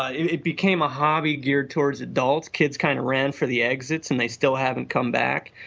it became a hobby geared towards adults, kids kind of ran for the exits and they still haven't come back.